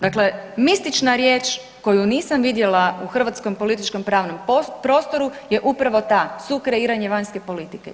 Dakle, mistična riječ koju nisam vidjela u hrvatskom političkom pravnom prostoru je upravo ta sukreiranje vanjske politike.